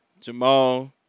Jamal